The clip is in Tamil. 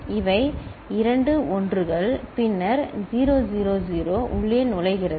இவை இரண்டு 1 கள் பின்னர் 0 0 0 உள்ளே நுழைகிறது